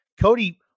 Cody